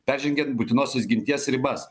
peržengiant būtinosios ginties ribas